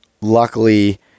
luckily